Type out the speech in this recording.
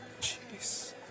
Jeez